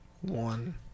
One